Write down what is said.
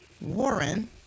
Warren